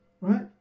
right